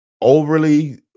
overly